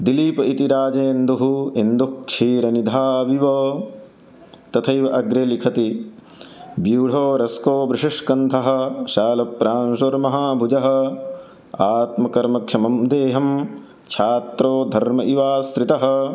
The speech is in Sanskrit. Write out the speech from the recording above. दिलीपः इति राजेन्दुः इन्दुक्षीरनिधाविव तथैव अग्रे लिखति व्यूढोरस्को वृषस्कन्धः शालप्रांशुर्महाभुजः आत्मकर्मक्षमं देहं क्षात्रो धर्म इवाश्रितः